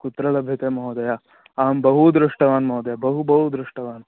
कुत्र लभ्यते महोदय अहं बहू दृष्टवान् महोदय बहु बहु दृष्टवान्